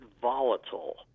volatile